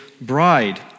bride